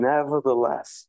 Nevertheless